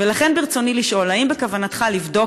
ולכן ברצוני לשאול: 1. האם בכוונתך לבדוק